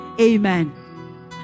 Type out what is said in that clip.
amen